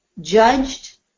judged